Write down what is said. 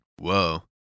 Whoa